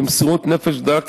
במסירות נפש גדולה,